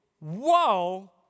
whoa